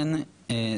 לתקנות,